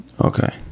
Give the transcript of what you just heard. okay